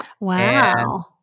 Wow